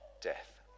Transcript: death